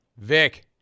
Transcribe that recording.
Vic